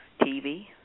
TV